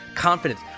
confidence